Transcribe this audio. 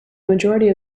majority